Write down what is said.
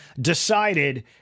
decided